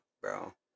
bro